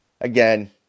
Again